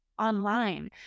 online